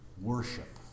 Worship